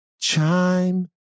chime